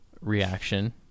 reaction